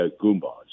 goombas